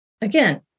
again